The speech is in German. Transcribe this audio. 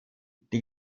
die